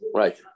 right